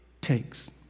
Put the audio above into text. takes